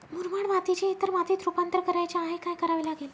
मुरमाड मातीचे इतर मातीत रुपांतर करायचे आहे, काय करावे लागेल?